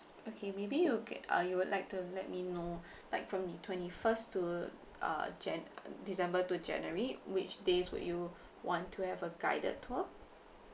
okay maybe you can uh you would like to let me know like from the twenty first to uh jan~ uh december to january which days would you want to have a guided tour